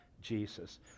Jesus